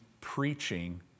preaching